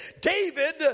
David